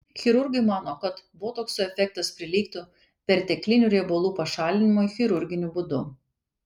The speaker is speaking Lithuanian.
chirurgai mano kad botokso efektas prilygtų perteklinių riebalų pašalinimui chirurginiu būdu